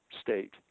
state